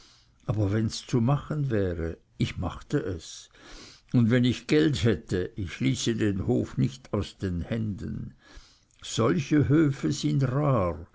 aber wenns zu machen wäre ich machte es und wenn ich geld hätte ich ließe den hof nicht aus den händen solche höfe sind rar